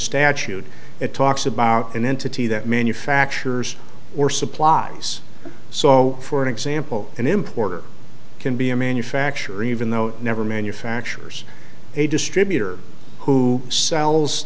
statute it talks about an entity that manufactures or supplies so for example an importer can be a manufacturer even though never manufacturers a distributor who sells